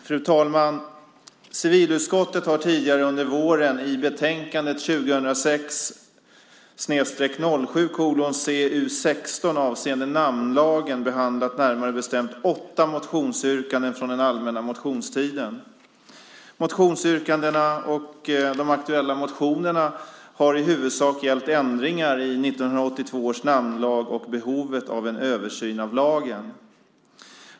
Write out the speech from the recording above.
Fru talman! Civilutskottet har tidigare under våren i betänkandet 2006/07:CU16 avseende namnlagen behandlat åtta motionsyrkanden från den allmänna motionstiden. Motionsyrkandena och de aktuella motionerna har i huvudsak gällt ändringar i 1982 års namnlag och behovet av en översyn av lagen.